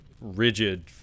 rigid